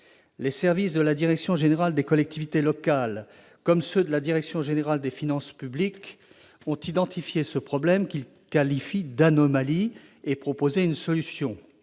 Les services de la direction générale des collectivités locales comme ceux de la direction générale des finances publiques ont identifié ce problème, qu'ils qualifient d'anomalie, et ont proposé une solution